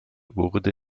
wurde